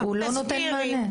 תסבירי.